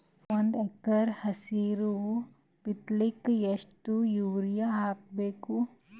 ಒಂದ್ ಎಕರ ಹೆಸರು ಬಿತ್ತಲಿಕ ಎಷ್ಟು ಯೂರಿಯ ಹಾಕಬೇಕು?